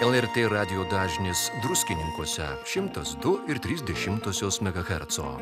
el er tė radijo dažnis druskininkuose šimtas du ir trys dešimtosios megaherco